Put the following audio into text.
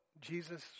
Jesus